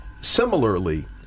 similarly